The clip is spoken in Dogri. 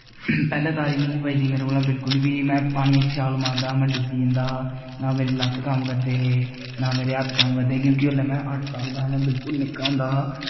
पैह्लें तारी नेईं ही बजदी मेरे कोला बिल्कुल बी में पानियै च शाल मारदा हा में डुब्बी जंदा हा ना मेरे मेरे लत्त कम्म करदे हे ना मेरे हत्थ कम्म करदे हे क्योंकि ओल्लै में अट्ठ साल दा हा में बिल्कुल नि'क्का होंदा हा